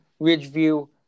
Ridgeview